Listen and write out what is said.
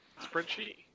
spreadsheet